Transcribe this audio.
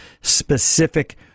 specific